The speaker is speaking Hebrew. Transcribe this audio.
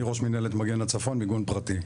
אני רק מנהלת מגן לצפון מיגון פרטי,